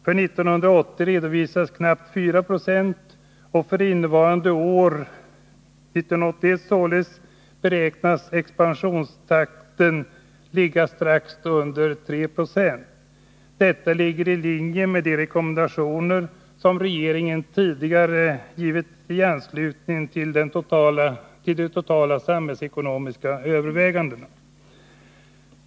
För år 1980 redovisas knappt 4 96, och för innevarande år beräknas expansionstakten ligga på strax under 3 20. Detta är i linje med de rekommendationer som regeringen tidigare har gett i anslutning till de totala samhällsekonomiska övervägandena.